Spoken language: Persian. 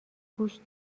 گوشت